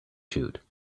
shoot